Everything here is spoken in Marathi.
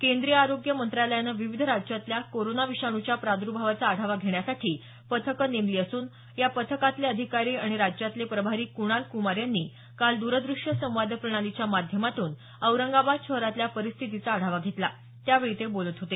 केंद्रीय आरोग्य मंत्रालयानं विविध राज्यातल्या कोरोना विषाणूच्या प्रादुर्भावाचा आढावा घेण्यासाठी पथकं नेमली असून या पथकातले अधिकारी आणि राज्यातले प्रभारी कुणाल कुमार यांनी काल दूरदृश्य संवाद प्रणालीच्या माध्यमातून औरंगाबाद शहरातल्या परिस्थितीचा आढावा घेतला त्यावेळी ते बोलत होते